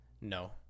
No